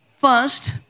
First